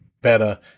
better